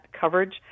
coverage